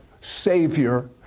Savior